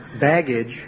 baggage